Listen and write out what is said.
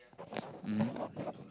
mmhmm